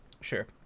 sure